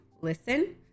listen